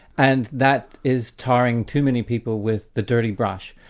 and that is tarring too many people with the dirty brush.